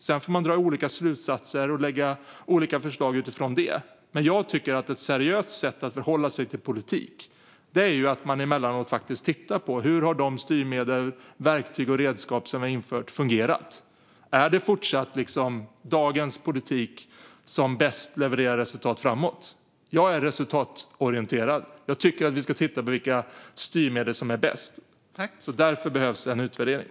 Sedan får man dra olika slutsatser av den och lägga fram olika förslag. Jag tycker att ett seriöst sätt att förhålla sig till politik är att man emellanåt tittar på hur de styrmedel, verktyg och redskap som införts har fungerat och om det fortfarande är samma politik som kommer att leverera de bästa resultaten. Jag är resultatorienterad. Jag tycker att vi ska titta på vilka styrmedel som är bäst. Därför behövs en utvärdering.